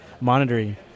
monitoring